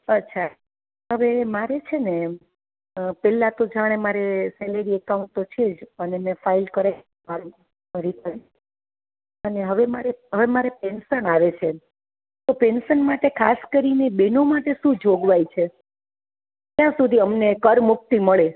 અચ્છા હવે મારે છે ને પહેલાં તો જાણે મારે સેલેરી એકાઉન્ટ તો છે જ અને મેં ફાઈલ કરી છે અને હવે મારે હવે મારે પેન્શન આવે છે તો પેન્શન માટે ખાસ કરીને બેનો માટે શું જોગવાઈ છે ક્યાં સુધી અમને કર મુક્તિ મળે